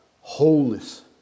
wholeness